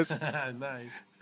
Nice